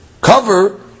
cover